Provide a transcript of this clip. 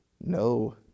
No